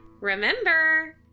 remember